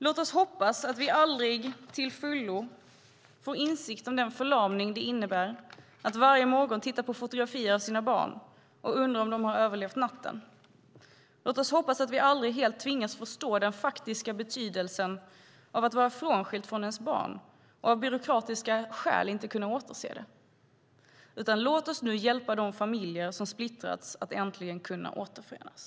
Låt oss hoppas att vi aldrig till fullo får insikt om den förlamning det innebär att varje morgon titta på fotografier av sina barn och undra om de överlevt natten. Låt oss hoppas att vi aldrig helt tvingas förstå den faktiska betydelsen av att vara skild från ens barn, att av byråkratiska skäl inte kunna återse det. Låt oss nu hjälpa de familjer som splittrats att äntligen kunna återförenas.